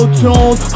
tones